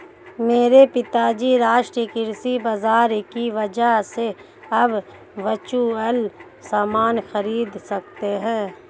मेरे पिताजी राष्ट्रीय कृषि बाजार की वजह से अब वर्चुअल सामान खरीद सकते हैं